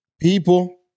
people